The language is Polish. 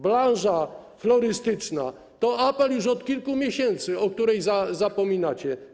Branża florystyczna - to apel już od kilku miesięcy - o której zapominacie.